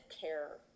care